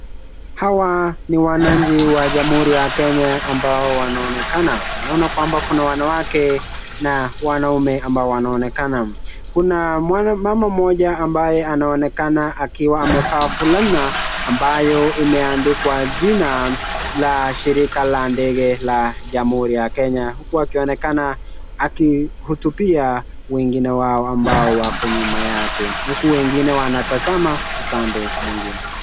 Hawa ni wananchi wa Jamhuri ya Kenya ambao wanaonekana. Tunaona kwamba kuna wanawake na wanaume ambao wanaonekana. Kuna mama mmoja ambaye anaonekana akiwa amevaa fulana ambayo imeandikwa jina la shirika la ndege la Jamhuri ya Kenya huku akionekana akihutubia wengine wao ambao wako nyuma yake, huku wengine wanatazama upande mwingine.